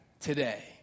Today